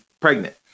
pregnant